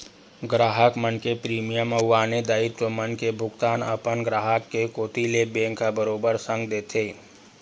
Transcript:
गराहक मन के प्रीमियम अउ आने दायित्व मन के भुगतान अपन ग्राहक के कोती ले बेंक ह बरोबर संग देथे